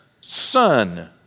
son